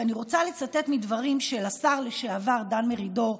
ואני רוצה לצטט מדברים של השר לשעבר דן מרידור,